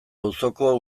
auzoko